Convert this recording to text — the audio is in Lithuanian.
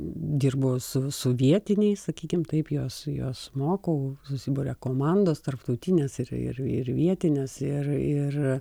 dirbu su su vietiniais sakykim taip juos juos mokau susiburia komandos tarptautinės ir ir ir vietinės ir ir